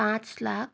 पाँच लाख